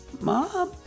mom